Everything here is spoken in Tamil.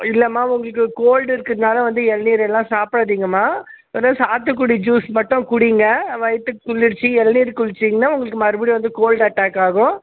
இல்லைம்மா உங்களுக்கு கோல்டு இருக்கிறதுனால வந்து இளநீரெல்லாம் சாப்பிடாதிங்கம்மா வெறும் சாத்துக்குடி ஜூஸ் மட்டும் குடிங்க வயித்து குளிர்ச்சி இளநீர் குடிச்சிங்கனா உங்களுக்கு மறுபடியும் வந்து கோல்டு அட்டாக் ஆகும்